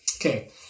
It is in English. Okay